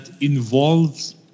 involves